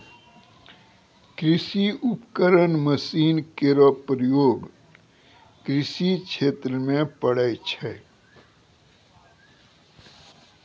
कृषि उपकरण मसीन केरो प्रयोग कृषि क्षेत्र म पड़ै छै